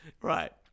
Right